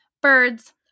birds